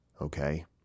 okay